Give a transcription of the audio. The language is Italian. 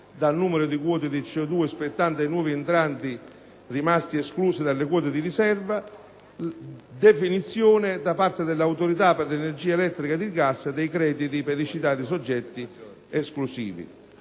del numero di quote dì C02 spettanti ai nuovi entranti rimasti esclusi dalle quote di riserva (comma 1); definizione, da parte dell'Autorità per l'energia elettrica ed il gas, dei crediti per i citati soggetti esclusi